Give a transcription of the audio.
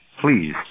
please